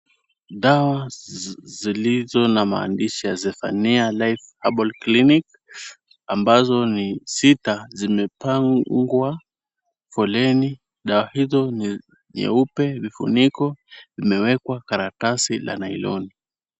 Dawa zilizo na maandishi ya Zefania life herbal clinic. Ambazo ni sita zimepangwa foleni. Dawa hizo ni nyeupe, vifuniko vimewekwa karatasi ya nailoni .